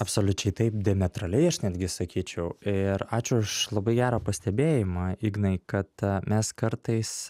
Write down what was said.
absoliučiai taip demetraliai aš netgi sakyčiau ir ačiū už labai gerą pastebėjimą ignai kad mes kartais